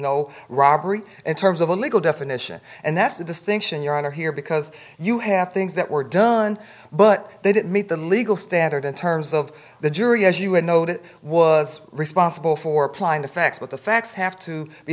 no robbery in terms of a legal definition and that's the distinction you're under here because you have things that were done but they didn't meet the legal standard in terms of the jury as you would know that was responsible for applying the facts what the facts have to be